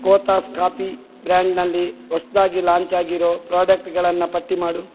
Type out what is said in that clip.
Cothas coffee ಬ್ರ್ಯಾಂಡ್ನಲ್ಲಿ ಹೊಸ್ದಾಗಿ ಲಾಂಚಾಗಿರೋ ಪ್ರಾಡಕ್ಟ್ಗಳನ್ನು ಪಟ್ಟಿ ಮಾಡು